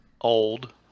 Old